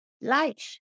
life